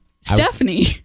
Stephanie